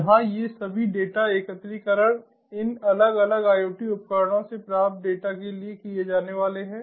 यहां ये सभी डेटा एकत्रीकरण इन अलग अलग IoT उपकरणों से प्राप्त डेटा के लिए किए जाने वाले हैं